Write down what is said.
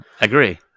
agree